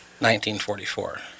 1944